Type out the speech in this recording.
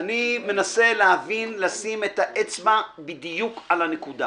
אני מנסה להבין, לשים את האצבע בדיוק על הנקודה.